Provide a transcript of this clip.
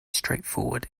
straightforward